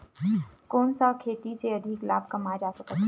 कोन सा खेती से अधिक लाभ कमाय जा सकत हे?